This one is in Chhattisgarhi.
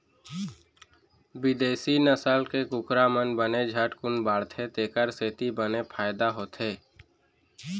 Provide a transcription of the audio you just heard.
बिदेसी नसल के कुकरा मन बने झटकुन बाढ़थें तेकर सेती बने फायदा होथे